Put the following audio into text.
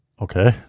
Okay